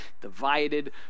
divided